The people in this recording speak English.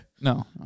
No